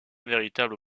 véritable